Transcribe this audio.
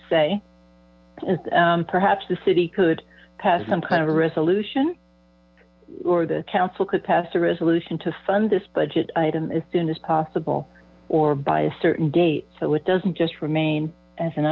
say perhaps the city could pass some kind of resolution or the council could pass a resolution to fund this budget item as soon as possible or by a certain date so it doesn't just remain as an